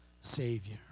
Savior